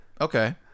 Okay